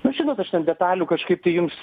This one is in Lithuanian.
nu žinot aš ten detalių kažkaip tai jums